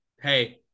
hey